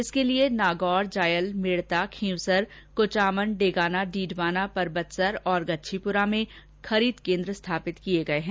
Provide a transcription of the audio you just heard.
इसके लिए नागौर जायल मेड़ता खीवसर कुचामन डेगाना डीडवाना परबतसर और गच्छीपुरा में खरीद केन्द्र स्थापित किए गए हैं